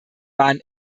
waren